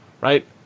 right